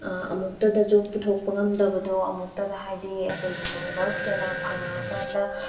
ꯑꯃꯨꯛꯇꯗ ꯖꯣꯞ ꯄꯨꯊꯣꯛꯄ ꯉꯝꯗꯕꯗꯣ ꯑꯃꯨꯛꯇꯗ ꯍꯥꯏꯗꯤ ꯀꯩꯒꯨꯝꯕ ꯃꯔꯨꯞꯇꯨꯅ ꯐꯪꯉ ꯀꯥꯟꯗ